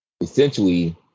essentially